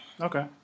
okay